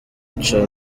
nca